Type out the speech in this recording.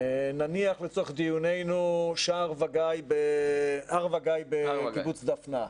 נניח לצורך דיוננו הר וגיא בקיבוץ דפנה,